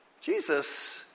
Jesus